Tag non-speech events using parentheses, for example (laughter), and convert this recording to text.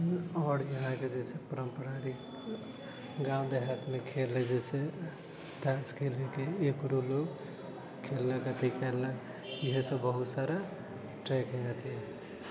आओर यहाँके जे पारम्परिक गाँव देहातमे खेल है जाहिसे ताश खेलैके एकरो लोक खेललक अथि करलक इएह सभ बहुत सारा (unintelligible)